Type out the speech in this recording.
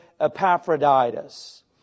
Epaphroditus